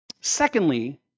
Secondly